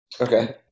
Okay